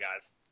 guys